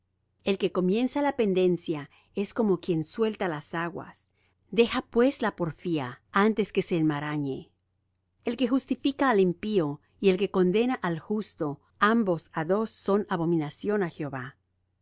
el que comienza la pendencia es como quien suelta las aguas deja pues la porfía antes que se enmarañe el que justifica al impío y el que condena al justo ambos á dos son abominación á jehová